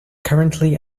currently